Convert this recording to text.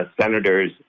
Senators